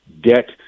debt